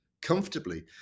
comfortably